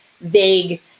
vague